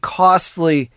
costly